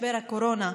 משבר הקורונה,